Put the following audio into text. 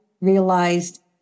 realized